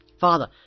Father